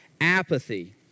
apathy